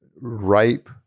ripe